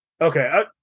Okay